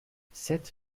sept